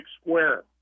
Square